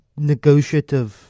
negotiative